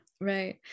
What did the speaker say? right